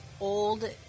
old